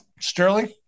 Sterling